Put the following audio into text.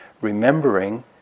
remembering